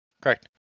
Correct